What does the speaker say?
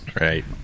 Right